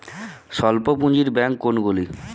স্বল্প পুজিঁর ব্যাঙ্ক কোনগুলি?